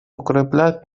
укреплять